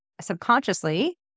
subconsciously